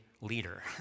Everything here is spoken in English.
leader